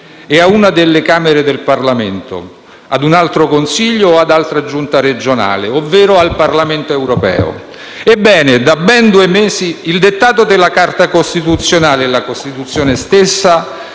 e a una delle Camere del Parlamento, ad un altro Consiglio o ad altra Giunta regionale, ovvero al Parlamento europeo. Ebbene, da ben due mesi il dettato della Carta costituzionale e la Costituzione stessa